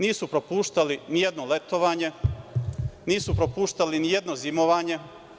Nisu propuštali nijedno letovanje, nisu propuštali nijedno zimovanje.